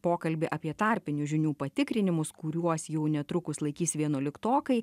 pokalbį apie tarpinių žinių patikrinimus kuriuos jau netrukus laikys vienuoliktokai